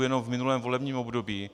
Jenom v minulém volebním období.